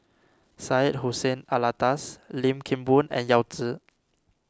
Syed Hussein Alatas Lim Kim Boon and Yao Zi